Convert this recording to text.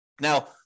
Now